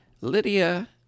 Lydia